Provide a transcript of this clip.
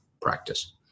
practice